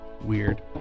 Weird